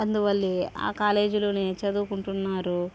అందువల్లే ఆ కాలేజీలోనే చదువుకుంటున్నారు